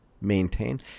maintain